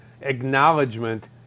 acknowledgement